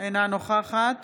אינה נוכחת